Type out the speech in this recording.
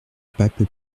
pape